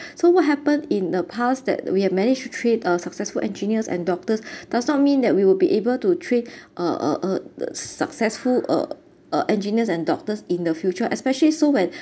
so what happened in the past that we have managed to train uh successful engineers and doctors does not mean that we would be able to train uh uh uh the successful uh uh engineers and doctors in the future especially so when